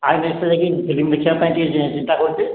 ଆଇନକ୍ସରେ ଯାଇକି ଫିଲ୍ମ ଦେଖିବାପାଇଁ ଟିକେ ଚିନ୍ତା କରୁଛେ